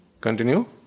Continue